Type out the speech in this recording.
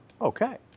Okay